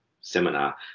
seminar